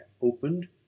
opened